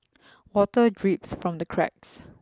water drips from the cracks